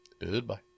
Goodbye